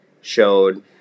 showed